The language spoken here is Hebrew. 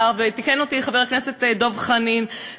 ותיקן אותי חבר הכנסת דב חנין,